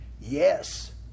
Yes